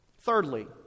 Thirdly